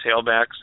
tailbacks